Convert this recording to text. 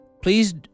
Please